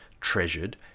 treasured